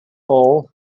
all